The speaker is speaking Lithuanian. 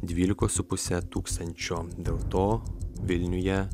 dvylikos su puse tūkstančio dėl to vilniuje